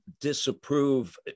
disapprove